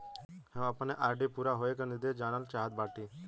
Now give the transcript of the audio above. हम अपने आर.डी पूरा होवे के निर्देश जानल चाहत बाटी